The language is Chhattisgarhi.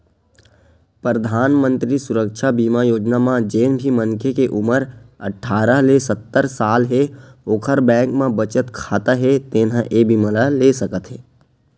परधानमंतरी सुरक्छा बीमा योजना म जेन भी मनखे के उमर अठारह ले सत्तर साल हे ओखर बैंक म बचत खाता हे तेन ह ए बीमा ल ले सकत हे